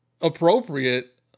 appropriate